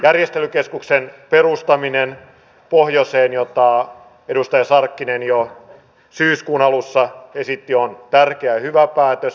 järjestelykeskuksen perustaminen pohjoiseen jota edustaja sarkkinen jo syyskuun alussa esitti on tärkeä ja hyvä päätös